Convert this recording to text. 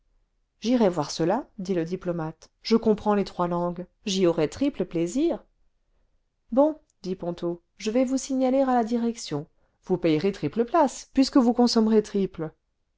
j'irai voir cela dit le diplomate je comprends les trois langues j'y aurai triple plaisir bon dit ponto je vais vous signaler à la direction vous pâ rerez triple place puisque vous consommerez triple